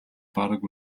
бараг